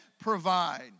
provide